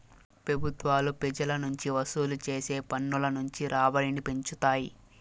పెబుత్వాలు పెజల నుంచి వసూలు చేసే పన్నుల నుంచి రాబడిని పెంచుతాయి